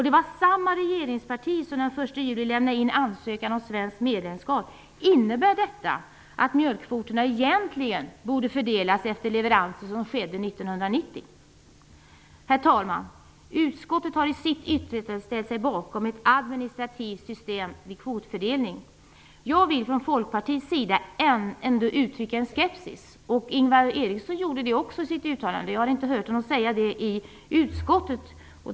Det var samma regeringsparti som den 1 juli lämnade in ansökan om svenskt medlemskap. Innebär detta att mjölkkvoterna egentligen borde fördelas efter de leveranser som skedde 1990? Herr talman! Utskottet har i sitt yttrande ställt sig bakom ett administrativt system vid kvotfördelning. Jag vill ändå uttrycka en skepsis från Folkpartiets sida. Ingvar Eriksson gjorde samma sak i sitt uttalande. Jag har inte hört honom säga det i utskottet.